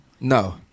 No